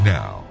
now